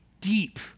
deep